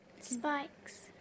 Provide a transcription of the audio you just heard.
Spikes